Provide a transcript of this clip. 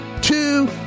two